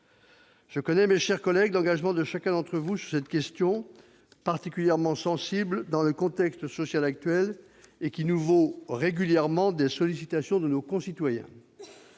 Je mesure, mes chers collègues, l'engagement de chacun d'entre vous sur cette question particulièrement sensible dans le contexte social actuel et qui nous vaut régulièrement des sollicitations de nos concitoyens.